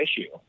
issue